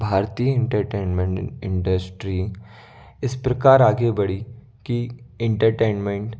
भारतीय entertainment industry इस प्रकार आगे बढ़ी कि इंटरटेनमेंट